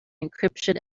encryption